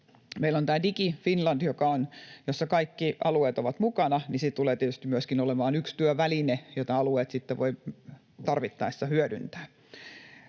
Meillä on tämä DigiFinland, jossa kaikki alueet ovat mukana, ja se tulee tietysti myöskin olemaan yksi työväline, jota alueet sitten voivat tarvittaessa hyödyntää.